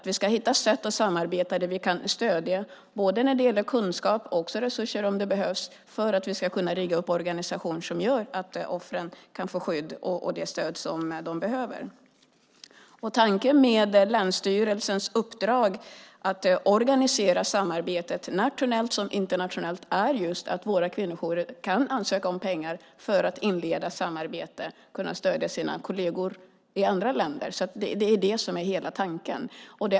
Vi ska hitta sätt att samarbeta där vi kan stödja både när det gäller kunskap och resurser, om det behövs, för att vi ska kunna rigga organisationer som gör att offren kan få det skydd och stöd som de behöver. Tanken med länsstyrelsens uppdrag att organisera samarbetet såväl nationellt som internationellt är just att våra kvinnojourer kan ansöka om pengar för att inleda samarbete och kunna stödja sina kolleger i andra länder. Det är det som är hela tanken.